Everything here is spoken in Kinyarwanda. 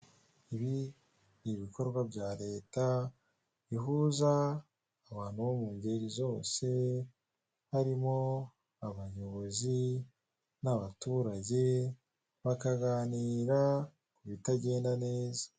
Ibi ibikorwa bya leta bihuza abantu bo mu ngeri zose harimo abayobozi n'abaturage bakaganira kubitagenda neza.